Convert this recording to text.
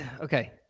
okay